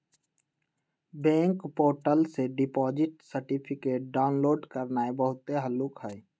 bank portal से deposit certificate download करनाइ बहुते हल्लुक हइ